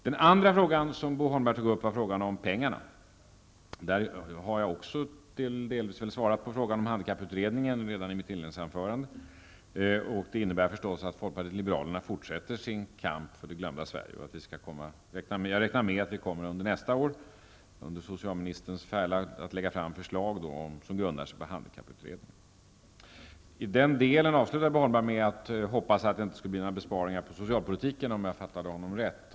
Den andra frågan som Bo Holmberg tog upp gällde pengarna. Jag har delvis svarat på frågan om handikapputredningen i mitt inledningsanförande, och det innebär självfallet att folkpartiet liberalerna fortsätter sin kamp för det glömda Sverige. Jag räknar med att vi nästa år under socialministerns färla lägger fram förslag som grundar sig på handikapputredningen. I den delen avslutade Bo Holmberg med att hoppas att det inte skulle bli några besparingar på socalpolitikens område.